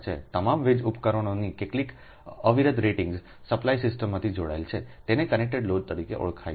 તમામ વીજ ઉપકરણોની કેટલીક અવિરત રેટિંગ્સ સપ્લાય સિસ્ટમથી જોડાયેલ છે તે કનેક્ટેડ લોડ તરીકે ઓળખાય છે